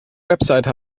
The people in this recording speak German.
website